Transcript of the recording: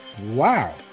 wow